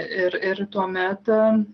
ir ir tuomet